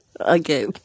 Okay